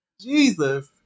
Jesus